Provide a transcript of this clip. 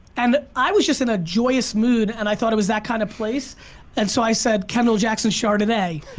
and i was just in a joyous mood and i thought it was that kind of place and so i said kendall jackson chardonnay,